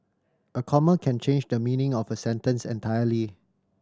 a comma can change the meaning of a sentence entirely